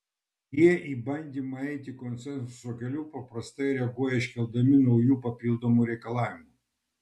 jie į bandymą eiti konsensuso keliu paprastai reaguoja iškeldami naujų papildomų reikalavimų